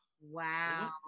Wow